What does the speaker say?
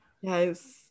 Yes